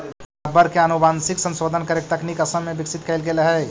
rubber के आनुवंशिक संशोधन करे के तकनीक असम में विकसित कैल गेले हई